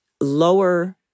lower